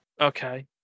Okay